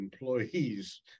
employees